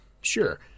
sure